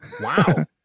Wow